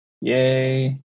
Yay